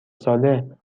ساله